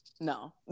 no